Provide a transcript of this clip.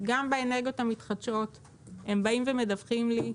גם באנרגיות המתחדשות הם באים ומדווחים לי,